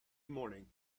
morning